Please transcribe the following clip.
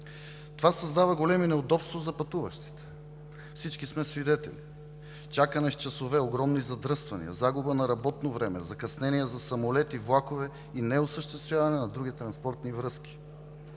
Това създава големи неудобства за пътуващите. Всички сме свидетели – чакаме с часове, огромни задръствания, загуба на работно време, закъснения за самолети, влакове и неосъществяване на други транспортни връзки.